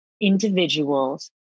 individuals